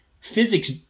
physics